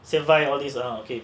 survive all this around okay